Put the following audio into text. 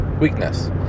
Weakness